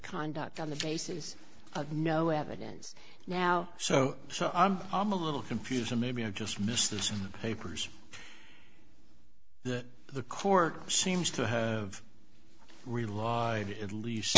conduct on the basis of no evidence now so so i'm i'm a little confused and maybe i just missed this in the papers that the court seems to have relied at least